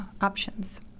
options